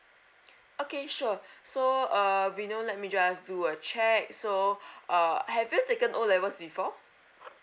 okay sure so uh vino let me just do a check so uh I have you taken O levels before